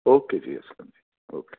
okay جی Aslam ji okay